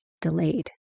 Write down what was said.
delayed